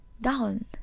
down